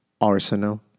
Arsenal